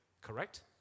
correct